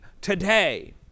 today